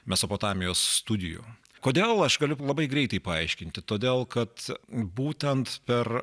mesopotamijos studijų kodėl aš galiu labai greitai paaiškinti todėl kad būtent per